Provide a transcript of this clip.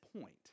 point